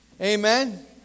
Amen